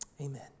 Amen